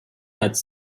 platz